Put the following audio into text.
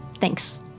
Thanks